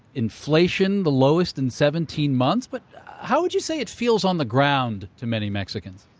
inflation the lowest in seventeen months. but how would you say it feels on the ground to many mexicans?